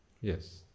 Yes